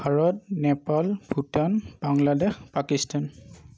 Bharat Nepal Bhutan Bangladesh Pakistan